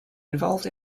involved